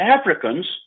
Africans